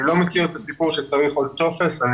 אני לא מכיר את הסיפור שצריך עוד טופס אבל